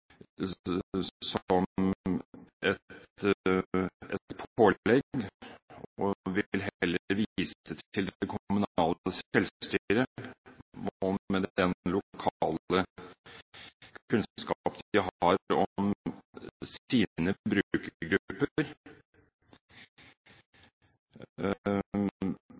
et pålegg, og vil heller vise til det kommunale selvstyret og den lokale kunnskapen de har om